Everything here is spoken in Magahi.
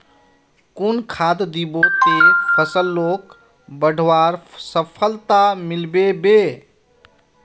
कुन खाद दिबो ते फसलोक बढ़वार सफलता मिलबे बे?